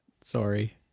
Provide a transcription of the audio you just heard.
Sorry